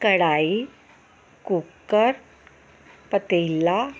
ਕੜਾਹੀ ਕੁੱਕਰ ਪਤੀਲਾ